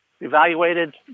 evaluated